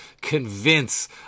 convince